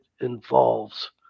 involves